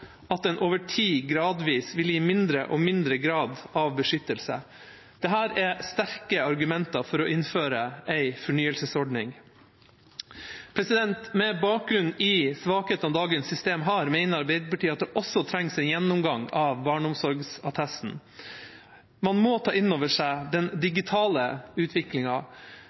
at den «over tid gradvis vil gi mindre og mindre grad av beskyttelse». Dette er sterke argumenter for å innføre en fornyelsesordning. Med bakgrunn i svakhetene dagens system har, mener Arbeiderpartiet at det også trengs en gjennomgang av barneomsorgsattesten. Man må ta inn over seg den digitale